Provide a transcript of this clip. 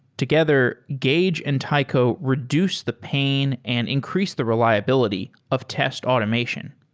together, gauge and taiko reduce the pain and increase the reliability of test automation.